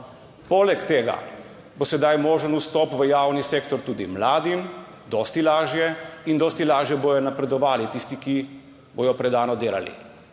Poleg tega bo sedaj možen vstop v javni sektor tudi mladim, dosti lažje. In dosti lažje bodo napredovali tisti, ki bodo predano delali.